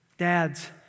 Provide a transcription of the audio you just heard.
Dads